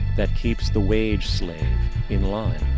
that keeps the wage-slave in line,